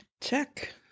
Check